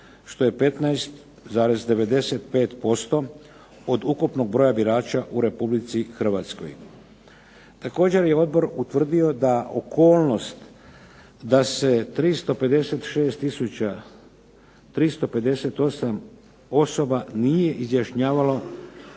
što je 15,95% od ukupnog broja birača u Republici Hrvatskoj. Također je odbor utvrdio da okolnost da se 356358 nije izjašnjavalo